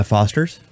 Fosters